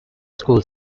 school